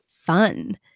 fun